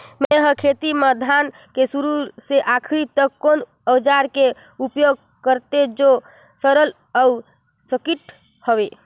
मै हर खेती म धान के शुरू से आखिरी तक कोन औजार के उपयोग करते जो सरल अउ सटीक हवे?